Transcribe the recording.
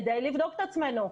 כדי לבדוק את עצמנו.